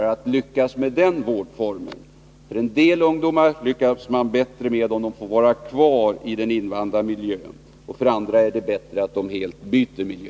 En del ungdomar lyckas man bättre med om de får vara kvar i den invanda miljön, och för andra är det bättre att helt byta miljö.